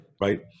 Right